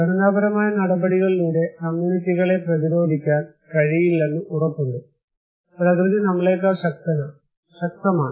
ഘടനാപരമായ നടപടികളിലൂടെ കമ്മ്യൂണിറ്റികളെ പ്രതിരോധിക്കാൻ കഴിയില്ലെന്ന് ഉറപ്പുണ്ട് പ്രകൃതി നമ്മളേക്കാൾ ശക്തമാണ്